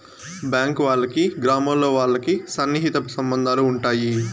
bank వాళ్ళకి గ్రామాల్లో వాళ్ళకి సన్నిహిత సంబంధాలు ఉంటాయి